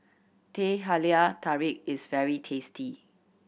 Teh Halia Tarik is very tasty